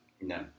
No